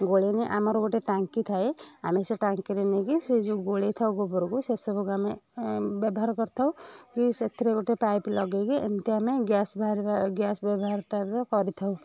ଗୋଳେଇନେ ଆମର ଗୋଟେ ଟାଙ୍କି ଥାଏ ଆମେ ସେ ଟାଙ୍କିରେ ନେଇକି ସେ ଯେଉଁ ଗୋଳେଇ ଥାଉ ଗୋବରକୁ ସେସବୁକୁ ଆମେ ବ୍ୟବହାର କରିଥାଉ କି ସେଥିରେ ଗୋଟେ ପାଇପ ଲଗେଇକି ଏମିତି ଆମେ ଗ୍ୟାସ ବାହାରିବା ଗ୍ୟାସ ବ୍ୟବହାର କରିଥାଉ